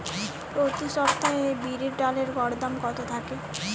প্রতি সপ্তাহে বিরির ডালের গড় দাম কত থাকে?